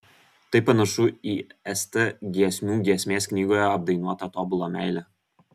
tai panašu į st giesmių giesmės knygoje apdainuotą tobulą meilę